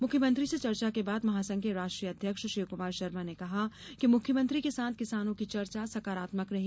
मुख्यमंत्री से चर्चा के बाद महासंघ के राष्ट्रीय अध्यक्ष शिवकुमार शर्मा ने कहा कि मुख्यमंत्री के साथ किसानों की चर्चा सकारात्मक रही